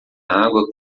água